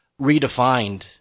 redefined